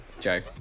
Joe